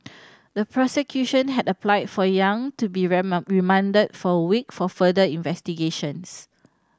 the prosecution had applied for Yang to be remanded for a week for further investigations